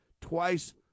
twice